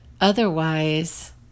Otherwise